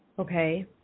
Okay